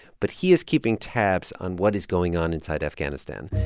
but he is keeping tabs on what is going on inside afghanistan.